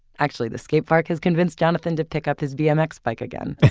actually the skatepark has convinced jonathan to pick up his bmx bike again.